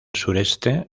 sureste